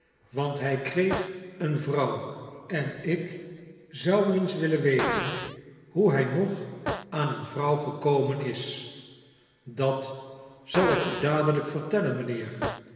want hij kreeg eene vrouw en ik zou wel eens willen weten hoe hij nog aan eene vrouw gekomen is dat zal ik u dadelijk vertellen mijnheer